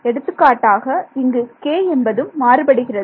எடுத்துக்காட்டாக இங்கு 'k' என்பதும் மாறுபடுகிறது